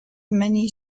many